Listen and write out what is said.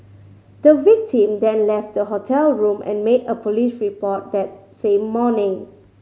the victim then left the hotel room and made a police report that same morning